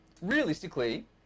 Realistically